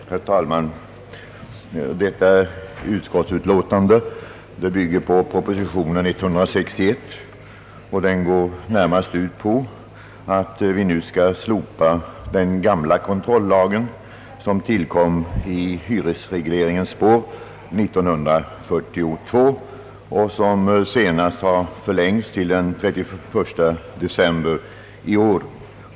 Herr talman! Detta utskottsutlåtande bygger på propositionen nr 161 och går närmast ut på att vi nu skall slopa den gamla kontrollagen, som tillkom i hyresregleringens år 1942 och som senast har förlängts till den 31 december i år.